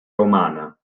romana